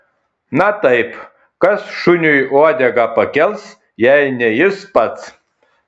na taip kas šuniui uodegą pakels jei ne jis pats